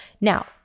Now